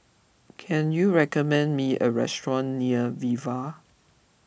can you recommend me a restaurant near Viva